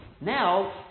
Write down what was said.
now